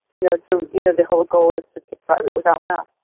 you know so you know the whole goal is to describe it without math,